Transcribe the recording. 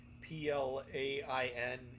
p-l-a-i-n